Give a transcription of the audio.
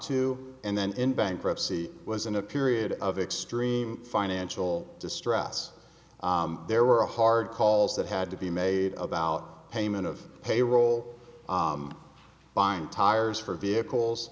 to and then in bankruptcy was in a period of extreme financial distress there were hard calls that had to be made about payment of payroll buying tires for vehicles